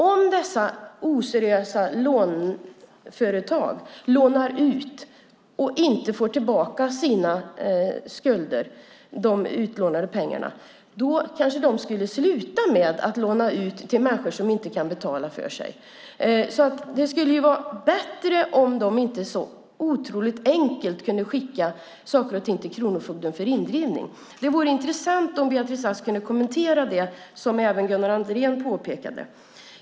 Om dessa oseriösa låneföretag inte får tillbaka de utlånade pengarna kanske de skulle sluta med att låna ut till människor som inte kan betala för sig. Det skulle vara bättre om de inte så enkelt kunde skicka saker och ting till kronofogden för indrivning. Det vore intressant om Beatrice Ask kunde kommentera det här, som även Gunnar Andrén påpekade.